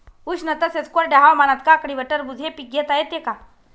उष्ण तसेच कोरड्या हवामानात काकडी व टरबूज हे पीक घेता येते का?